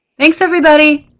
thanks everybody.